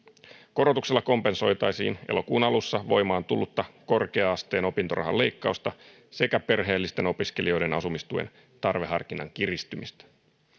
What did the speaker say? korotuksella kompensoitaisiin elokuun alussa voimaan tullutta korkea asteen opintorahan leikkausta sekä perheellisten opiskelijoiden asumistuen tarveharkinnan kiristymistä